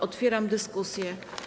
Otwieram dyskusję.